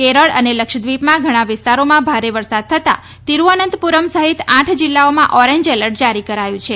કેરળ અને લક્ષદ્વિપમાં ઘણા વિસ્તારોમાં ભારે વરસાદ થતાં તિરૂઅનંતપુરમ સહિત આઠ જિલ્લાઓમાં ઓરેન્જ એલર્ટ જારી કરાયું છે